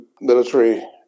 military